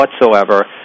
whatsoever